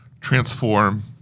transform